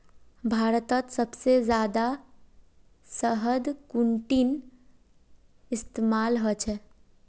भारतत सबसे जादा शहद कुंठिन इस्तेमाल ह छे